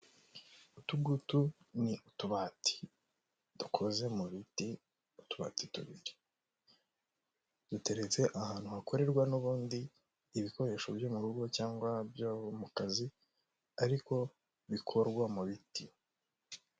Utu ngutu ni utubati dukoze mu biti. Utubati tubiri duteretse ahantu hakorerwa n'ubundi ibikoresho byo mu rugo, cyangwa byo mu kazi, ariko bikorwa mu biti.